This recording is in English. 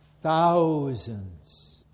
thousands